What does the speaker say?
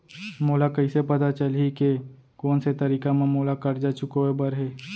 मोला कइसे पता चलही के कोन से तारीक म मोला करजा चुकोय बर हे?